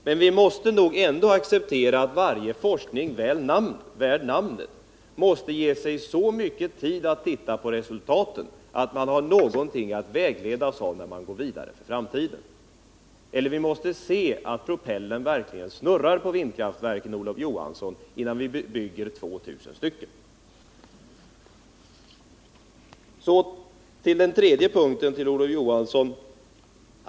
Men vi måste nog acceptera att varje forskning värd namnet måste ta tillräcklig tid i anspråk och undersöka resultaten, så att man kan vägledas av dessa för framtiden. Innan vi bygger 2 000 vindkraftverk måste vi se till att propellrarna verkligen snurrar, Olof Johansson. Så till den tredje punkten, Olof Johansson.